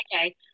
okay